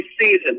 season